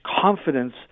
confidence